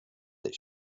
that